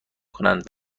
کنند